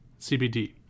CBD